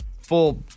full